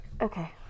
Okay